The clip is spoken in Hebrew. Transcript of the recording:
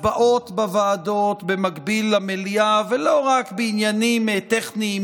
הצבעות בוועדות במקביל למליאה ולא רק בעניינים טכניים,